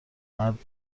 مرد